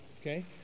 Okay